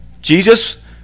Jesus